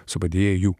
su padėjėju